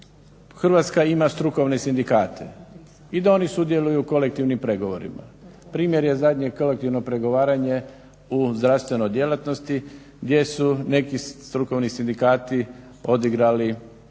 Hrvatska ima strukovne sindikate i da oni sudjeluju u kolektivnim pregovorima. Primjer je zadnje kolektivno pregovaranje u zdravstvenoj djelatnosti gdje su neki strukovni sindikati odigrali